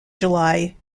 july